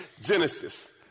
Genesis